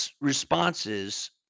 responses